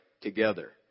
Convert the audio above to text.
together